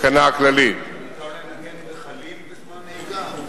התקנה הכללית, מותר לנגן בחליל בזמן נהיגה?